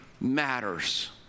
matters